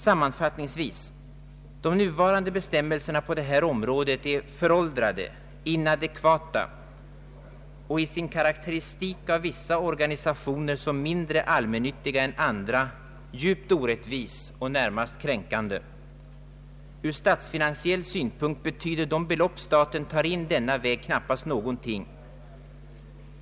Sammanfattningsvis vill jag säga att de nuvarande bestämmelserna på detta område är föråldrade och inadekvata samt i sin karakteristik av vissa organisationer som mindre allmännyttiga än andra djupt orättvisa och närmast kränkande. Ur statsfinansiell synpunkt betyder de belopp staten tar in denna väg knappast någonting.